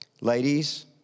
Ladies